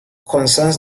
concerns